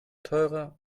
teurer